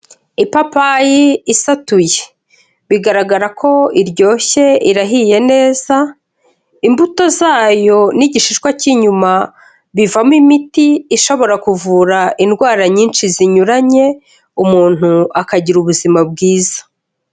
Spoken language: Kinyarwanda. Ipapayi isatuye, bigaragara ko iryoshye irahiye neza, imbuto zayo n'igishishwa cy'inyuma bivamo imiti ishobora kuvura indwara nyinshi zinyuranye umuntu akagira ubuzima bwiza.